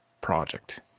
project